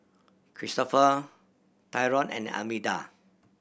Cristofer Tyrone and Almeta